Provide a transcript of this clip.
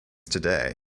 today